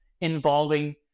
involving